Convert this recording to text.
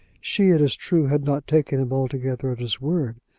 she, it is true, had not taken him altogether at his word,